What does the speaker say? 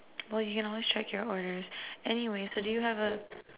well you can always check your orders anyway so do you have a